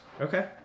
Okay